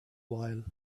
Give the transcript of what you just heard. while